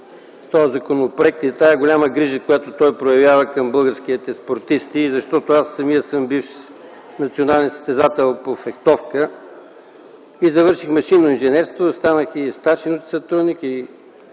с този законопроект и тази голяма грижа, която той проявява към българските спортисти, защото аз самия съм бивш национален състезател по фехтовка и завърших машинно инженерство. Станах и старши научен сътрудник,